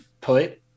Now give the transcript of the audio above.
put